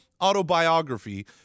autobiography